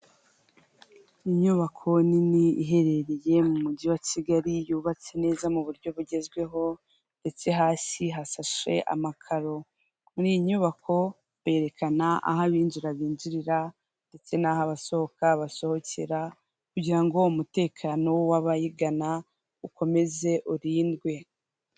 Inyubako nini iherereye mu mujyi wa Kigali, yubatse neza mu buryo bugezweho, ndetse hasi hasashe amakaro. Mu inyubako berekana aho abinjira binjirira, ndetse n'aho abasohoka basohokera, kugira ngo umutekano w'abayigana ukomeze urindwe.